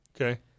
Okay